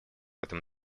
этом